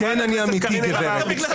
כן, אני אמיתי, גברת.